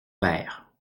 père